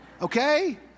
Okay